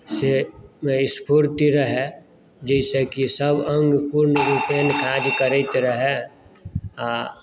से स्फूर्ति रहए जाहिसँ कि सभ अङ्ग पूर्णरूपेण काज करैत रहय आ